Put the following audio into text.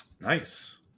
nice